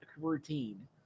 routine